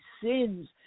sins